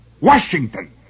Washington